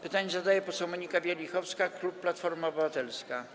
Pytanie zadaje poseł Monika Wielichowska, klub Platforma Obywatelska.